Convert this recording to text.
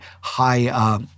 high